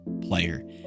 player